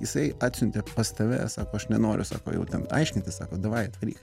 jisai atsiuntė pas tave sako aš nenoriu sako jau ten aiškintis sako davai atvaryk